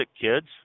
kids